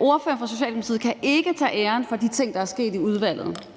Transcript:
ordføreren for Socialdemokratiet kan ikke tage æren for de ting, der er sket i udvalget.